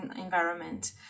environment